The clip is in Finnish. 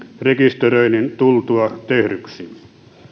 rekisteröinnin tultua tehdyksi